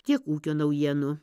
tiek ūkio naujienų